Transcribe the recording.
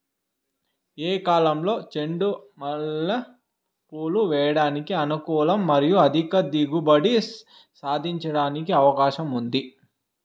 ఏ కాలంలో చెండు మల్లె పూలు వేయడానికి అనుకూలం మరియు అధిక దిగుబడి సాధించడానికి అవకాశం ఉంది?